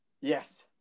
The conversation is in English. yes